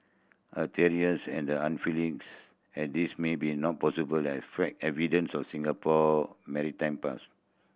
as tenuous and as this may be not possibly evidence of Singapore maritime past